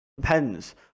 Depends